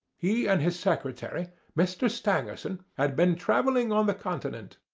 he and his secretary, mr. stangerson, had been travelling on the continent.